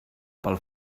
pel